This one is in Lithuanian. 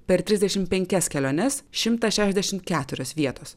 per trisdešimt penkias keliones šimtas šešiasdešimt keturios vietos